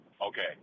okay